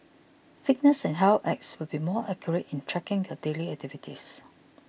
fitness and health apps will be more accurate in tracking your daily activities